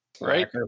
Right